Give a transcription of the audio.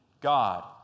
God